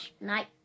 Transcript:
Night